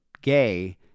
gay